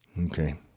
Okay